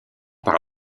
par